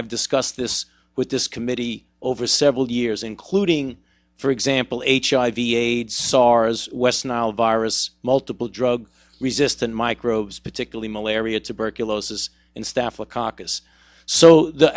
i've discussed this with this committee over several years including for example h i v aids sars west nile virus multiple drug resistant microbes particularly malaria tuberculosis and s